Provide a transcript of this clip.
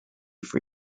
for